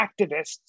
activists